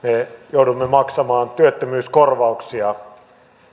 joudumme maksamaan työttömyyskorvauksia